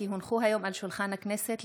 כי הונחו היום על שולחן הכנסת,